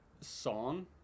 song